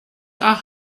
are